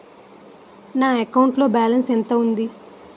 నా అకౌంట్ లో బాలన్స్ ఎంత ఉంది?